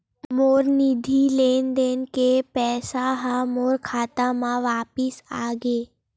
मोर निधि लेन देन के पैसा हा मोर खाता मा वापिस आ गे